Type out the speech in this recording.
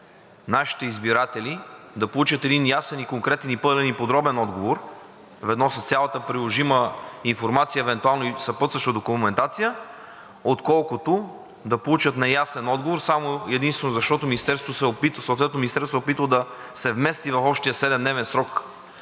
нашите избиратели да получат един ясен, конкретен, пълен и подробен отговор ведно с цялата приложима информация евентуално и съпътстваща документация, отколкото да получат неясен отговор само и единствено защото съответното министерство се е опитало да се вмести в общия 7-дневен срок.